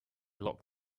locked